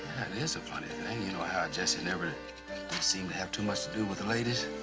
it is a funny thing, you know, how jesse never did seem to have too much to do with the ladies.